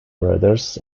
brothers